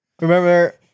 Remember